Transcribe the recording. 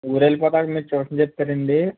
ఊరెళ్ళిపోవడానికి మీరు ట్యూషన్ చెప్తారండి